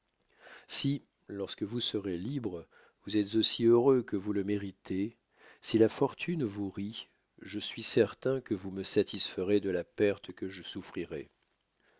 si lorsque vous serez libres vous êtes aussi heureux que vous le méritez si la fortune vous rit je suis certain que vous me satisferez de la perte que je souffrirai